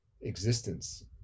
existence